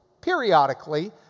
periodically